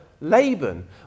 Laban